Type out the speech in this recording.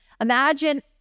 Imagine